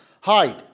hide